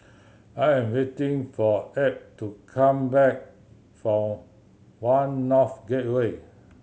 I am waiting for Add to come back from One North Gateway